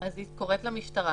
אז, היא קוראת למשטרה.